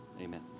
amen